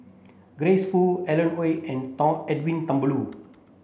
Grace Fu Alan Oei and Edwin Thumboo